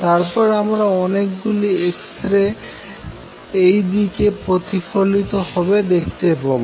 তারপর আমরা অনেকগুলি x রে এই দিকে প্রতিফলিত হবে দেখতে পাবো